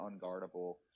unguardable